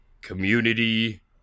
Community